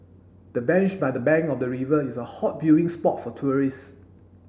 the bench by the bank of the river is a hot viewing spot for tourists